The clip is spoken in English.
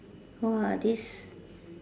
!wah! this